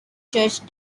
church